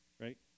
right